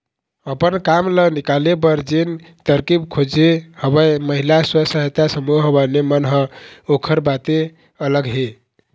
अपन काम ल निकाले बर जेन तरकीब खोजे हवय महिला स्व सहायता समूह वाले मन ह ओखर बाते अलग हे